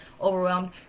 overwhelmed